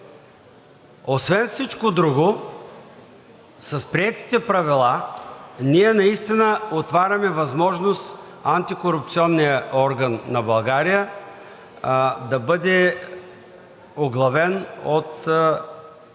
Освен всичко друго, с приетите правила ние наистина отваряме възможност антикорупционният орган на България да бъде оглавен от човек